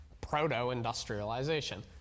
proto-industrialization